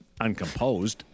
uncomposed